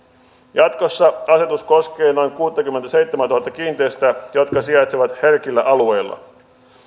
jatkossa asetus koskee noin kuuttakymmentäseitsemäätuhatta kiinteistöä jotka sijaitsevat herkillä alueilla